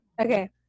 Okay